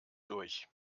durch